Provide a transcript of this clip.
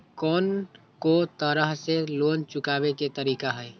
कोन को तरह से लोन चुकावे के तरीका हई?